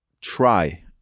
try